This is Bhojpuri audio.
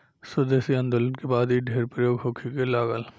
स्वदेशी आन्दोलन के बाद इ ढेर प्रयोग होखे लागल